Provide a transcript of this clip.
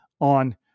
on